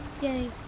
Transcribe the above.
Yay